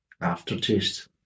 aftertaste